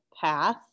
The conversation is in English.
path